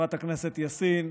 חברת הכנסת יאסין,